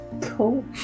Cool